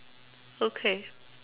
okay